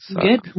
good